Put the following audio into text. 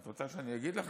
את רוצה שאני אגיד לך?